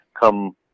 come